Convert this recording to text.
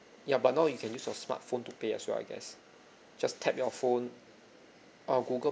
ya but now you can use your smart phone to pay as well I guess just tap your phone or google